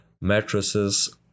mattresses